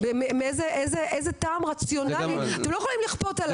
מאיזה טעם רציונלי, אתם לא יכולים לכפות עלי.